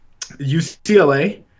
UCLA